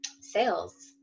sales